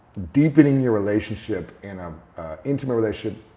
deepening your relationship in an intimate relationship,